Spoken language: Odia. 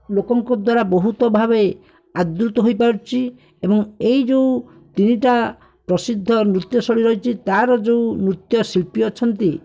ଲୋକଙ୍କ ଦ୍ୱାରା ବହୁତ ଭାବେ ଆଦୃତ ହୋଇପାରୁଛି ଏବଂ ଏହି ଯେଉଁ ତିନିଟା ପ୍ରସିଦ୍ଧ ନୃତ୍ୟଶୈଳୀ ରହିଛି ତା'ର ଯେଉଁ ନୃତ୍ୟଶିଳ୍ପୀ ଅଛନ୍ତି